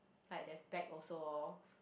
like there's bag also orh